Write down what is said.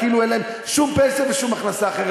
כאילו אין להם שום פנסיה ושום הכנסה אחרת,